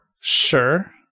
Sure